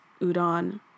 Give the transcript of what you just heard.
udon